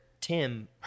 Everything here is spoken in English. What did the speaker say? Tim